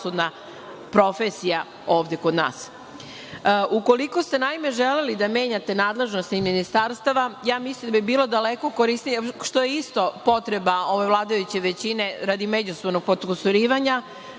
profesija ovde kod nas? Ukoliko ste želeli da menjate nadležnosti ministarstava, mislim da bi bilo daleko korisnije, što je isto potreba ove vladajuće većine radi međusobnog potkusurivanja,